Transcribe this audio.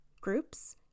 groups